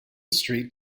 street